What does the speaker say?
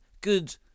good